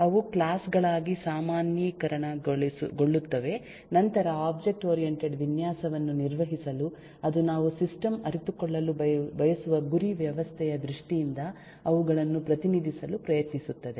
ಅವು ಕ್ಲಾಸ್ ಗಳಾಗಿ ಸಾಮಾನ್ಯೀಕರಣಗೊಳ್ಳುತ್ತವೆ ನಂತರ ಒಬ್ಜೆಕ್ಟ್ ಓರಿಯಂಟೆಡ್ ವಿನ್ಯಾಸವನ್ನು ನಿರ್ವಹಿಸಲು ಅದು ನಾವು ಸಿಸ್ಟಮ್ ಅರಿತುಕೊಳ್ಳಲು ಬಯಸುವ ಗುರಿ ವ್ಯವಸ್ಥೆಯ ದೃಷ್ಟಿಯಿಂದ ಅವುಗಳನ್ನು ಪ್ರತಿನಿಧಿಸಲು ಪ್ರಯತ್ನಿಸುತ್ತಿದೆ